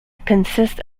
consists